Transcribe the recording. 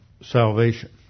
salvation